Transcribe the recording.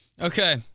Okay